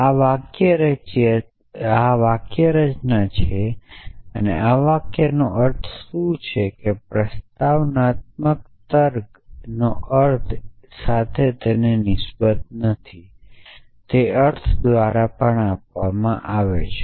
આ વાક્યરચના છે આ વાક્યોનો અર્થ શું છે પ્રસ્તાવનાત્મક તર્કને અર્થ સાથે નિસ્બત નથી અને તેથી જ અર્થ આપણા દ્વારા આપવામાં આવે છે